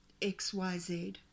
XYZ